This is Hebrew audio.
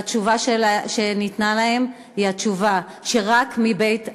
והתשובה שניתנה להם היא התשובה שרק מבית האימא.